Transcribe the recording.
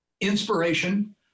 inspiration